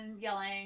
yelling